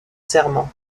serment